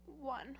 One